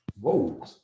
Whoa